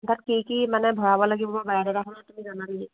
তাত কি কি মানে ভৰাব লাগিব বায়ডাটাখনত তুমি জানা নেকি